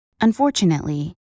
Unfortunately